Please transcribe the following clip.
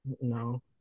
no